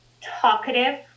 talkative